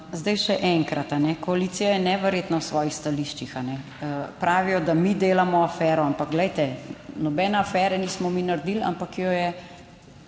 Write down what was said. zdaj še enkrat, koalicija je neverjetna v svojih stališčih, pravijo, da mi delamo afero, ampak glejte, nobene afere nismo mi naredili, ampak jo je,